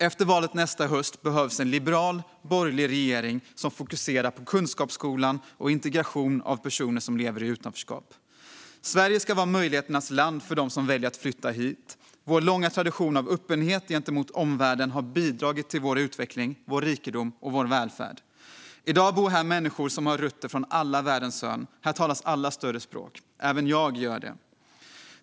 Efter valet nästa höst behövs en liberal, borgerlig regering som fokuserar på kunskapsskolan och integration av personer som lever i utanförskap. Sverige ska vara möjligheternas land för dem som väljer att flytta hit. Vår långa tradition av öppenhet gentemot omvärlden har bidragit till vår utveckling, vår rikedom och vår välfärd. I dag bor här människor som har rötter i alla världens hörn. Här talas alla större språk. Även jag gör det.